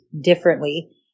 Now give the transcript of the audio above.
differently